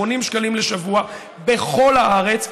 80 שקלים לשבוע בכל הארץ,